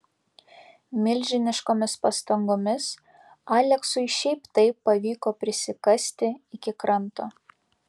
milžiniškomis pastangomis aleksui šiaip taip pavyko prisikasti iki kranto